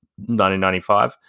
1995